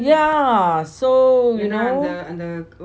yeah so you know